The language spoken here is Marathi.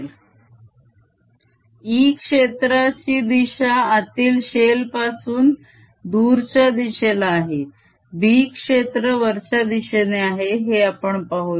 E0 sa and sb 2π0s asb E क्षेत्राची दिशा आतील शेल पासून दूरच्या दिशेला आहे B क्षेत्र वरच्या दिशेने आहे हे आपण पाहूया